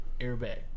airbag